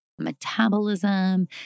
metabolism